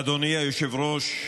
אדוני היושב-ראש,